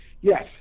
Yes